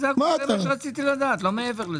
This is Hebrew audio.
זה מה שרציתי לדעת, לא מעבר לזה.